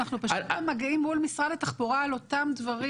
אנחנו פשוט במגעים מול משרד התחבורה על אותם דברים,